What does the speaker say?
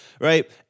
Right